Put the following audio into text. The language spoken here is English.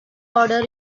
order